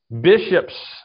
Bishops